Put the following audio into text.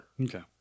Okay